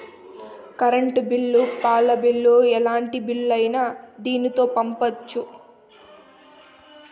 current bill పాల bill ఎలాంటి బిల్లులైనా దీనితోనే పంపొచ్చు